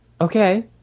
Okay